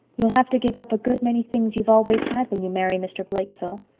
you'll have to give up a good many things you've always had, when you marry mr. blake, phil.